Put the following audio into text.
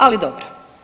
Ali dobro.